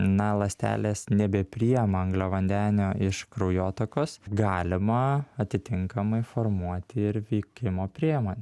na ląstelės nebepriima angliavandenio iš kraujotakos galima atitinkamai formuoti ir veikimo priemonę